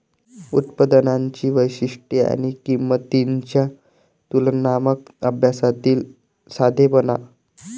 उत्पादनांची वैशिष्ट्ये आणि किंमतींच्या तुलनात्मक अभ्यासातील साधेपणा